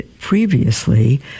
previously